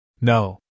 No